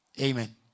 Amen